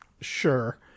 Sure